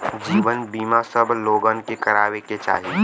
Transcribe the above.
जीवन बीमा सब लोगन के करावे के चाही